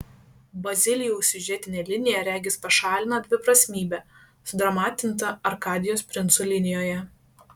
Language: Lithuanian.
bazilijaus siužetinė linija regis pašalina dviprasmybę sudramatintą arkadijos princų linijoje